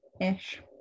ish